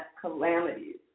calamities